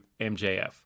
MJF